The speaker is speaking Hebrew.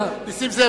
חבר הכנסת נסים זאב,